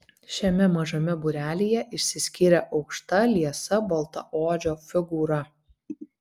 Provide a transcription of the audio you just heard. šiame mažame būrelyje išsiskyrė aukšta liesa baltaodžio figūra